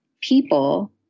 people